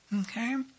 okay